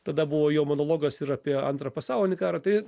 tada buvo jo monologas ir apie antrą pasaulinį karą tai